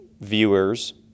viewers